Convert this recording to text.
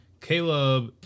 Caleb